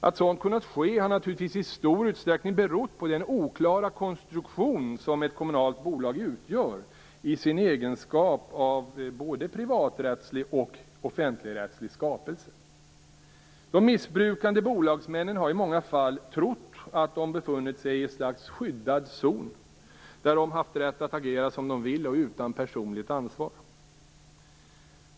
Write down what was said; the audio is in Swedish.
Att sådant har kunnat ske har naturligtvis i stor utsträckning berott på den oklara konstruktion som ett kommunalt bolag utgör i sin egenskap av både privaträttslig och offentligrättslig skapelse. De missbrukande bolagsmännen har i många fall trott att de har befunnit sig i ett slags skyddad zon där de har haft rätt att agera som de vill och utan personligt ansvar.